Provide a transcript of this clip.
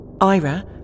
Ira